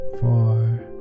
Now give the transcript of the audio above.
four